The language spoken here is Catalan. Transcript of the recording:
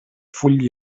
full